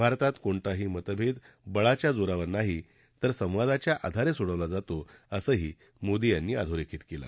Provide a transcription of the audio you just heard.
भारतात कोणताही मतभेद बळाच्या जोरावर नाही तर संवादाच्या आधारे सोडवला जातो असंही मोदी यांनी अधोरखित केलं